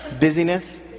Busyness